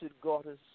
goddess